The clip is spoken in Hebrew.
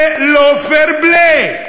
זה לא fair play,